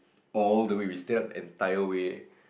all the way we stayed up entire way